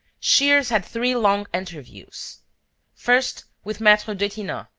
shears had three long interviews first, with maitre detinan,